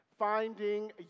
Finding